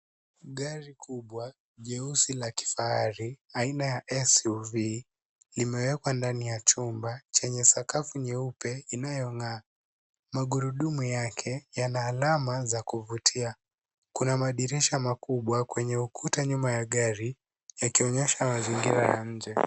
Gari kubwa jeusi la kifahari aina ya SUV, limewekwa ndani ya chumba chenye sakafu nyeupe inayong'aa. Magurudumu yake yana alama za kuvutia. Kuna madirisha makubwa kwenye ukuta nyuma ya gari, yakionyesha mazingira ya nje.